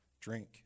Drink